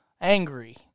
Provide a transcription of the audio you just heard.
angry